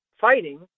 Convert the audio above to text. fighting